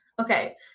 Okay